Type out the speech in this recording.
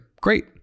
Great